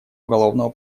уголовного